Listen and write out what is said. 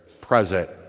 present